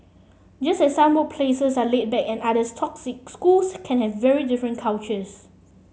just as some workplaces are laid back and others toxic schools can have very different cultures